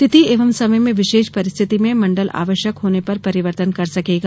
तिथि एवं समय में विशेष परिस्थिति में मंडल आवश्यक होने पर परिवर्तन कर सकेगा